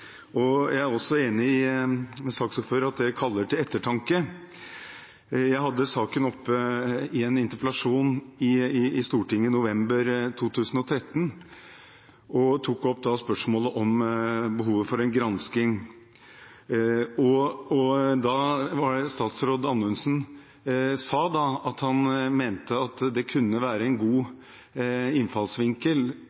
Jeg er også enig med saksordføreren i at det maner til ettertanke. Jeg hadde saken oppe i en interpellasjon i Stortinget i november 2013, og tok da opp spørsmålet om behovet for en gransking. Statsråd Anundsen sa da at han mente at det kunne være en god innfallsvinkel